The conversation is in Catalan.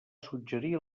suggerir